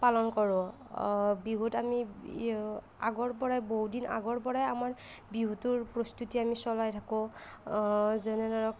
পালন কৰোঁ বিহুত আমি আগৰ পৰাই বহু দিন আগৰ পৰাই আমাৰ বিহুটোৰ প্ৰস্তুতি আমি চলাই থাকোঁ যেনে ধৰক